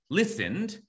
listened